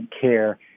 care